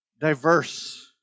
diverse